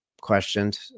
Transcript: questioned